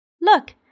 Look